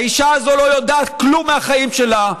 האישה הזאת לא יודעת כלום מהחיים שלה,